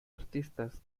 artistas